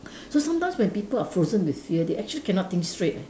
so sometimes when people are frozen with fear they actually cannot think straight eh